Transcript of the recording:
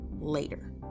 later